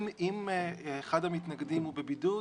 אם אחד המתנגדים הוא בבידוד,